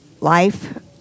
life